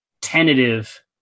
tentative